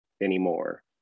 anymore